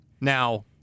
Now